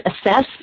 assess